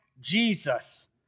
Jesus